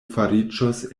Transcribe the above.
fariĝos